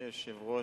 אדוני היושב-ראש,